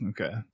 Okay